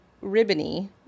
ribbony